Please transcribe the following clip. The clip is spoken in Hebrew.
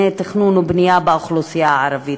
תכנון ובנייה הקיימות באוכלוסייה הערבית.